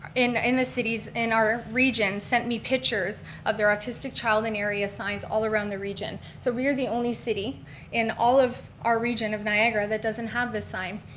in in the cities, in our region sent me pictures of their autistic child in area signs all around the region. so we are the only city in all of our region of niagara that doesn't have this sign.